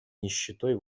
нищетой